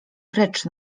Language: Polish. precz